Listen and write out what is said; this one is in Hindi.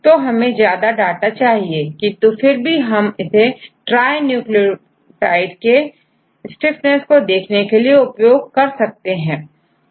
तो हमें ज्यादा डाटा चाहिए किंतु फिर भी हम इसे ट्राई न्यूक्लियोटाइड के स्टीफनेस को देखने के लिए उपयोग कर सकते हैं